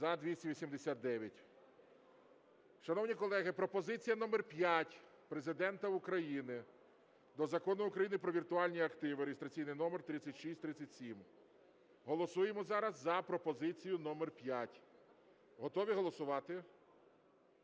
За-289 Шановні колеги, пропозиція номер 5 Президента України до Закону України "Про віртуальні активи" (реєстраційний номер 3637). Голосуємо зараз за пропозицію номер 5. Готові голосувати?